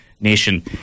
nation